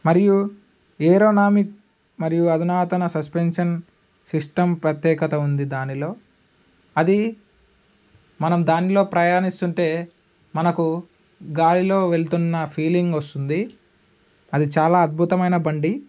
మరియు ఏరోనామిక్ మరియు అధునాతన సస్పెన్షన్ సిస్టమ్ ప్రత్యేకత ఉంది దానిలో అది మనం దానిలో ప్రయాణిస్తుంటే మనకు గాలిలో వెళ్తున్న ఫీలింగ్ వస్తుంది అది చాలా అద్భుతమైన బండి